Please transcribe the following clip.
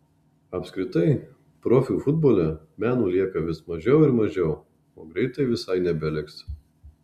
apskritai profių futbole meno lieka vis mažiau ir mažiau o greitai visai nebeliks